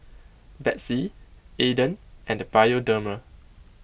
Betsy Aden and Bioderma